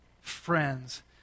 friends